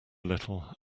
little